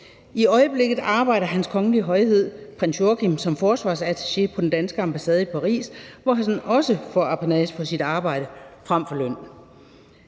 I øjeblikket arbejder Hans Kongelige Højhed Prins Joachim som forsvarsattaché på den danske ambassade i Paris, hvor han også får apanage for sit arbejde frem for løn.